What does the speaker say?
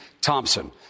Thompson